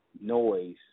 noise